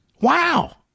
Wow